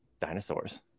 dinosaurs